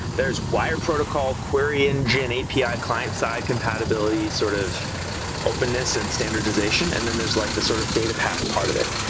there's wire protocol, query engine, api client-side compatibility, sort of openness and standardization, and then there's like the sort of data path part of it.